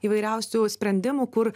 įvairiausių sprendimų kur